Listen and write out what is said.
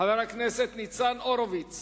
חבר הכנסת ניצן הורוביץ